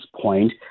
point